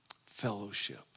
fellowship